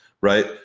right